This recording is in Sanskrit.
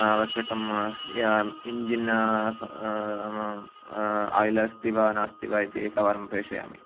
आवश्यकम् या इञ्जिन् आयिल् अस्ति वा नास्ति वा इति एकवारं प्रेषयामि